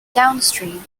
downstream